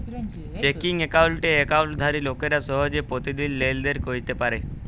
checking একাউল্টে একাউল্টধারি লোকেরা সহজে পতিদিল লেলদেল ক্যইরতে পারে